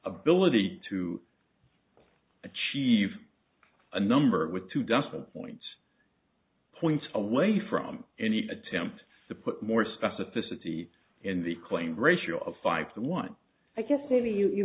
ability to achieve a number with two decimal point points away from any attempt to put more specificity in the claim ratio of five to one i guess maybe you